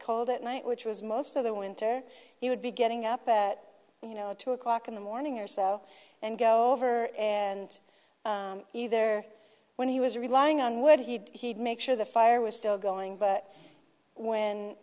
cold at night which was most of the winter he would be getting up at you know two o'clock in the morning or so oh and go over and either when he was relying on would he make sure the fire was still going but when